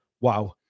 wow